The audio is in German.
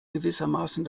gewissermaßen